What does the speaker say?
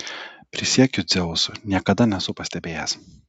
prisiekiu dzeusu niekada nesu pastebėjęs